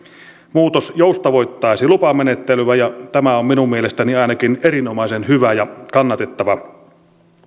muutos joustavoittaisi lupamenettelyä tämä on ainakin minun mielestäni erinomaisen hyvä ja kannatettava